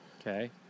Okay